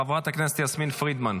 חברת הכנסת יסמין פרידמן.